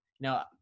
now